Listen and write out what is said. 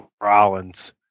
Rollins